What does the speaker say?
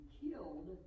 killed